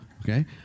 okay